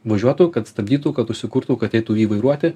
važiuotų kad stabdytų kad užsikurtų kad eitų jį įvairuoti